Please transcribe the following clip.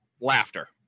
Laughter